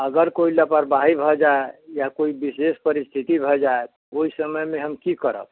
अगर कोइ लापरवाही भए जाए या कोइ विशेष परिस्थिति भए जाए ओहि समयमे हम की करब